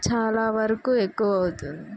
చాలా వరకు ఎక్కువ అవుతుంది